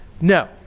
No